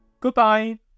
Goodbye